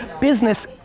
business